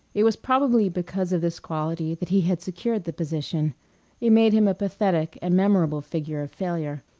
it was probably because of this quality that he had secured the position it made him a pathetic and memorable figure of failure.